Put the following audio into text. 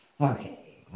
okay